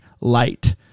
light